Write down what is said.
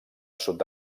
sud